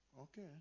Okay